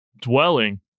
Dwelling